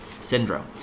Syndrome